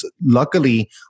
luckily